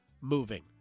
moving